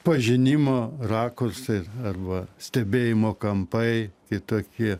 pažinimo rakursai arba stebėjimo kampai kitokie